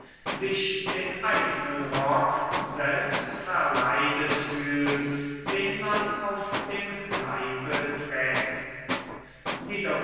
sich den eignen rock selbst verleidet fühlt den man auf dem leibe trägt